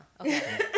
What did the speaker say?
okay